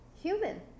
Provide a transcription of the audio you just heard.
Human